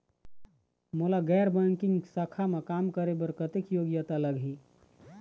मोला गैर बैंकिंग शाखा मा काम करे बर कतक योग्यता लगही?